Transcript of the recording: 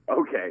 Okay